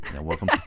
welcome